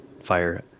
fire